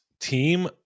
team